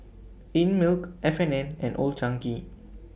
Einmilk F and N and Old Chang Kee